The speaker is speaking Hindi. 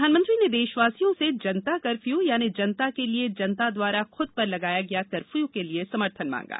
प्रधानमंत्री ने देशवासियों से जनता कर्फ्यू यानि जनता के लिए जनता द्वारा खुद पर लगाया गया कर्फ्यू के लिए समर्थन मांगा